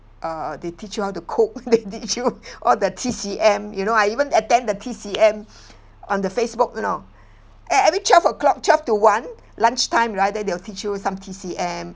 err they teach you how to cook they teach you all the T_C_M you know I even attend the T_C_M on the Facebook you know eh every twelve O'clock twelve to one lunchtime right then they'll teach you some T_C_M